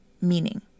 meaning